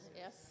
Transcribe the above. Yes